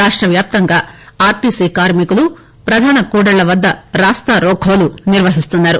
రాష్ట్రవ్యాప్తంగా ఆర్టీసీ కార్మికులు ప్రధాన కూడళ్ల వద్ద రాస్తారోకోలు నిర్వహిస్తున్నారు